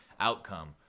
outcome